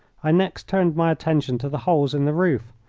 i next turned my attention to the holes in the roof,